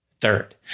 Third